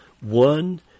One